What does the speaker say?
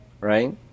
right